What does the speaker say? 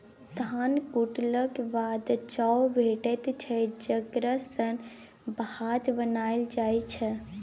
धान कुटेलाक बाद चाउर भेटै छै जकरा सँ भात बनाएल जाइ छै